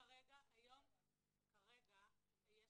כרגע יש